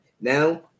Now